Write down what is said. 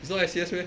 it's not S_C_S meh